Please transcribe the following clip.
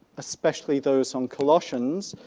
especially those on colossians,